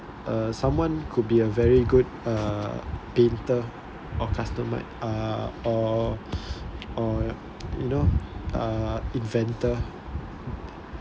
uh someone could be a very good uh painter or customi~ uh or or you know uh inventor